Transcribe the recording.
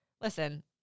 Listen